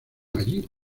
allí